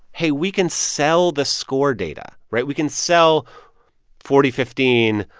hey, we can sell the score data, right? we can sell forty fifteen,